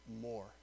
more